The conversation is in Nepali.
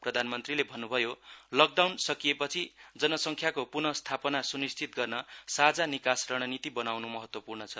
प्रधानमन्त्रीले भन्न्भयो लकडाउन सकिएपछि जनसङ्ख्याको प्नः स्थापना स्निश्चित गर्न साझा निकास रणनीति बनाउन् महत्वपूर्ण छ